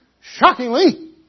shockingly